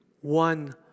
one